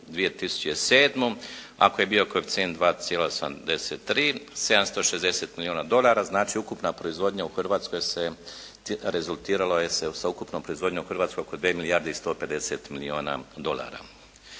2007. ako je bio koeficijent 2,73, 760 milijuna dolara. Znači ukupna proizvodnja u Hrvatskoj se, rezultiralo se sa ukupnom proizvodnjom u Hrvatskoj oko dvije milijarde i 150 milijuna dolara.